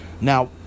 Now